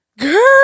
girl